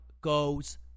goes